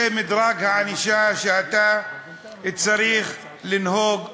זה מדרג הענישה שאתה צריך לנהוג בו,